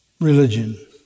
religion